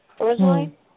originally